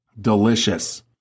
delicious